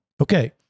Okay